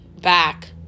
back